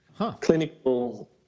clinical